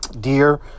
deer